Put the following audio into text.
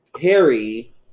Harry